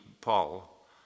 Paul